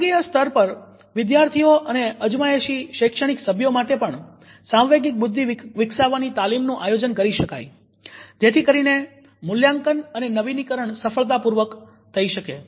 વિભાગીય સ્તર પર વિદ્યાર્થીઓ અને અજમાયશી શૈક્ષણિક સભ્યો માટે પણ સાંવેગિક બુદ્ધિ વિકસાવવા તાલીમનું આયોજન કરી શકાય જેથી કરીને મૂલ્યાંકન અને નવીનીકરણ સરળતાપૂર્વક થઇ શકે